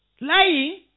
Lying